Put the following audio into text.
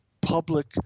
public